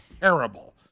terrible